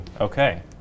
Okay